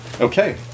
Okay